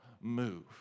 move